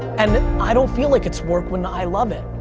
and i don't feel like it's work when i love it.